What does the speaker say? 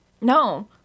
no